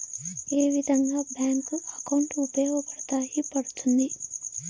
ఏ విధంగా bank account ఉపయోగపడతాయి పడ్తుంది